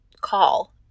call